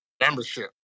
Membership